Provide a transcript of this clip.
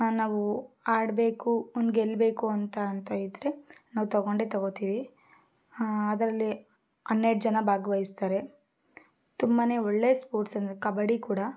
ನಾವು ಆಡಬೇಕು ಒಂದು ಗೆಲ್ಲಬೇಕು ಅಂತ ಅಂತ ಇದ್ದರೆ ನಾವು ತಗೊಂಡೇ ತಗೋತೀವಿ ಅದರಲ್ಲಿ ಹನ್ನೆರಡು ಜನ ಭಾಗವಹಿಸ್ತಾರೆ ತುಂಬ ಒಳ್ಳೆಯ ಸ್ಪೋರ್ಟ್ಸ್ ಅಂದರೆ ಕಬಡ್ಡಿ ಕೂಡ